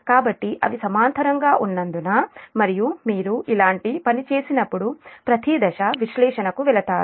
కాబట్టి అవి సమాంతరంగా ఉన్నందున మరియు మీరు ఇలాంటి పని చేసినప్పుడు ప్రతి దశ విశ్లేషణకు వెళతారు